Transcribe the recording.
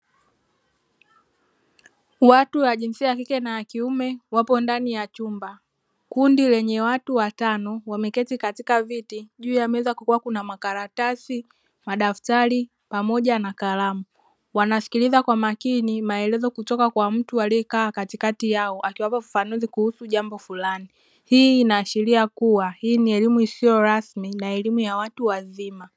Watu wa jinsia ya kike ya kiume wapo ndani ya chumba. Kundi lenye watu watano wameketi katika viti juu ya meza kukiwa kuna: makaratasi, madaftari pamoja na kalamu. Wanasikiliza kwa makini maelezo kutoka kwa mtu aliyekaa katikati yao, akiwapa ufafanuzi kuhusu jambo flani. Hii inaashiri kuwa hii ni elimu isiyo rasmi na elimu ya watu wazima.